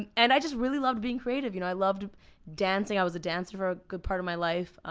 and and i just really loved being creative. you know i loved dancing. i was a dancer for a good part of my life.